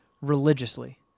religiously